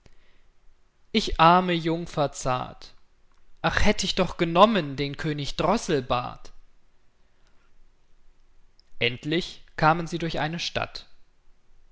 ich arme jungfer zart ach hätt ich doch genommen den könig droßelbart endlich kamen sie durch eine stadt